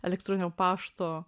elektroninio pašto